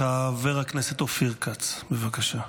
חבר הכנסת אופיר כץ, בבקשה.